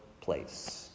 place